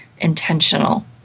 intentional